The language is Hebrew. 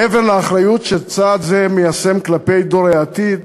מעבר לאחריות שצעד זה מיישם כלפי דור העתיד,